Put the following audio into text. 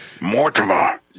Mortimer